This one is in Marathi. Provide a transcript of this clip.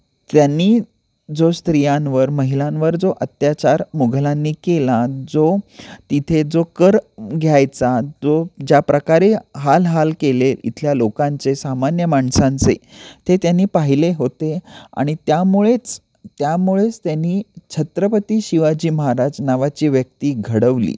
त्यांनी जो स्त्रियांवर महिलांवर जो अत्याचार मुघलांनी केला जो तिथे जो कर घ्यायचा जो ज्याप्रकारे हाल हाल केले इथल्या लोकांचे सामान्य माणसांचे ते त्यांनी पाहिले होते आणि त्यामुळेच त्यामुळेच त्यांनी छत्रपती शिवाजी महाराज नावाची व्यक्ती घडवली